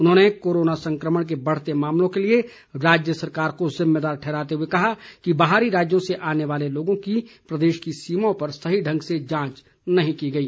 उन्होंने कोरोना संकमण के बढ़ते मामलों के लिए राज्य सरकार को ज़िम्मेदार ठहराते हुए कहा कि बाहरी राज्यों से आने वाले लोगों की प्रदेश की सीमाओं पर सही ढंग से जांच नहीं की गई